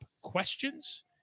questions